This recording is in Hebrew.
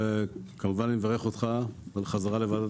ואני כמובן מברך אותך על חזרתך לוועדת